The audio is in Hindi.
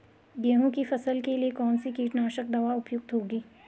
गेहूँ की फसल के लिए कौन सी कीटनाशक दवा उपयुक्त होगी?